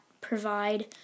provide